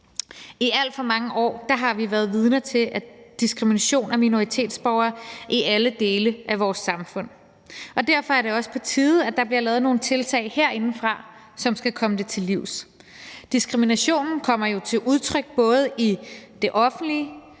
I alt for mange år har vi været vidner til diskrimination af minoritetsborgere i alle dele af vores samfund, og derfor er det også på tide, at der herindefra bliver lavet nogle tiltag, som skal komme det til livs. Diskriminationen kommer jo til udtryk både i det offentlige